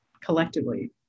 collectively